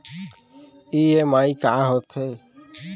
EMI का होथे?